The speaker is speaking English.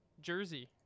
jersey